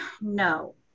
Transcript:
No